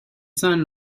son